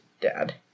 dad